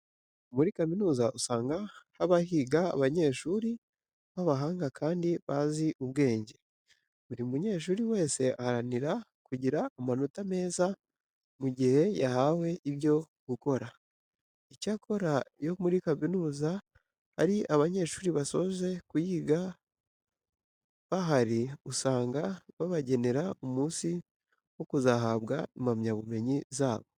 Muri kaminuza usanga haba higa abanyeshuri b'abahanga kandi bazi ubwenge. Buri munyeshuri wese aharanira kugira amanota meza mu gihe yahawe ibyo gukora. Icyakora iyo muri kaminuza hari abanyeshuri basoje kuyiga bahari, usanga babagenera umunsi wo kuzahabwa impamyabumenyi zabo.